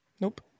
Nope